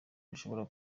rishobora